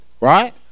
Right